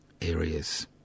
areas